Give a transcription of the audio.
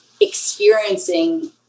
experiencing